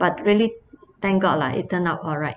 but really thank god lah it turned out alright